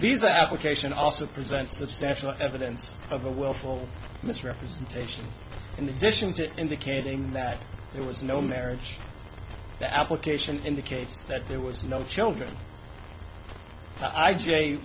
visa application also present substantial evidence of a willful misrepresentation in addition to indicating that there was no marriage the application indicates that there was no children i j